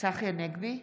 צחי הנגבי,